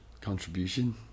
contribution